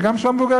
וגם של המבוגרים,